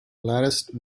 latticed